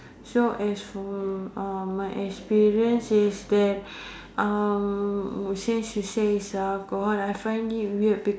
so as for uh my experience is that um since you say is alcohol I find it weird be~